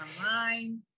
online